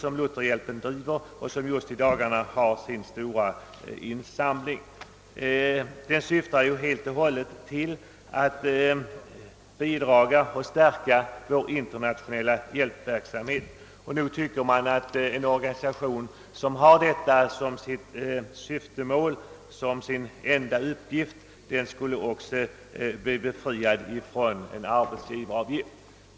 Just i dagarna driver denna organisation sin stora insamling. Den syftar helt och hållet till att stärka vår internationella hjälpverksamhet. Nog tycker jag att en organisation, som har detta som sitt syftemål och sin enda uppgift, borde vara befriad från en arbetsgivaravgift.